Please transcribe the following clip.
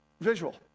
visual